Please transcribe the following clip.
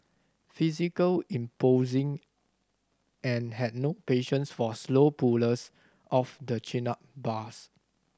physical imposing and had no patience for slow pullers of the chin up bars